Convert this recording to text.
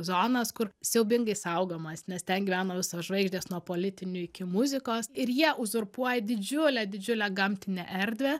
zonas kur siaubingai saugomos nes ten gyvena visos žvaigždės nuo politinių iki muzikos ir jie uzurpuoja didžiulę didžiulę gamtinę erdvę